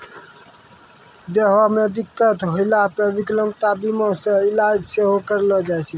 देहो मे दिक्कत होला पे विकलांगता बीमा से इलाज सेहो करैलो जाय छै